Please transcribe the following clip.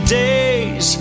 days